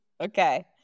Okay